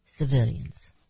Civilians